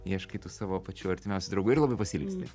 ieškai tų savo pačių artimiausių draugų ir labai pasiilgsti